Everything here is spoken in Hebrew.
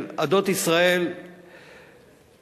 של עדות ישראל הרבות,